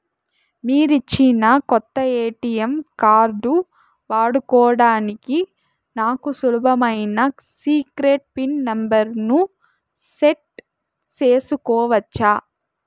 మీరిచ్చిన కొత్త ATM card వాడుకోవడానికి నాకు సులభమైన సీక్రెట్ పిన్ నెంబర్ ను సెట్ సేసుకోవచ్చా?